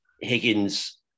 Higgins